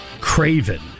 Craven